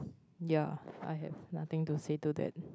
ya I have nothing to say to that